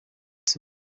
ese